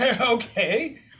Okay